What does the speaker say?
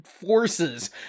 forces